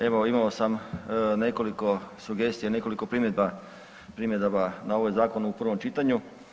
Evo imao sam nekoliko sugestija nekoliko primjedaba na ovaj zakon u prvom čitanju.